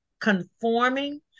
conforming